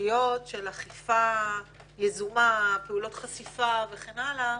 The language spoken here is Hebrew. הסוגיות של אכיפה יזומה, פעולות חשיפה וכן הלאה